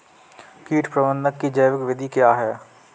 कीट प्रबंधक की जैविक विधि क्या है?